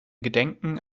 gedenken